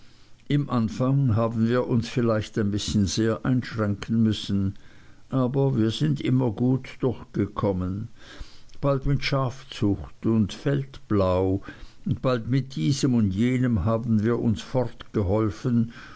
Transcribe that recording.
im anfang haben wir uns vielleicht ein bißchen sehr einschränken müssen aber wir sind immer gut durchgekommen bald mit schafzucht und feldbau bald mit diesem und jenem haben wir uns fortgeholfen